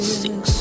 six